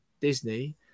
Disney